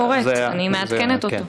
אני קוראת, אני מעדכנת אותו.